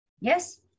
yes